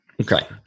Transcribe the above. Okay